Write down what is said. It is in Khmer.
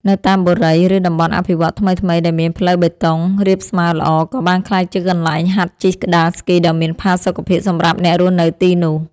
នៅតាមបុរី ឬតំបន់អភិវឌ្ឍន៍ថ្មីៗដែលមានផ្លូវបេតុងរាបស្មើល្អ ក៏បានក្លាយជាកន្លែងហាត់ជិះក្ដារស្គីដ៏មានផាសុកភាពសម្រាប់អ្នករស់នៅទីនោះ។